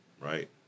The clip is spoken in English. Right